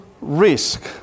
risk